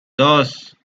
dos